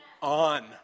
on